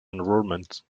enrolment